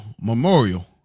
Memorial